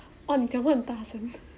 oh ni jiang hua hen da sheng